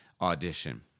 audition